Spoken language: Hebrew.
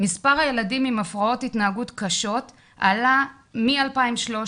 מספר הילדים עם הפרעות התנהגות קשות עלה מ- 2,300